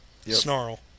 Snarl